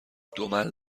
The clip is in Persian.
دمل